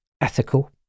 ethical